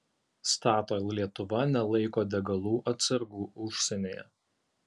statoil lietuva nelaiko degalų atsargų užsienyje